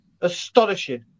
astonishing